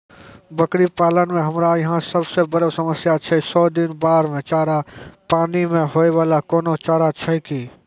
बकरी पालन मे हमरा यहाँ सब से बड़ो समस्या छै सौ दिन बाढ़ मे चारा, पानी मे होय वाला कोनो चारा छै कि?